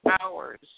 hours